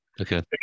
Okay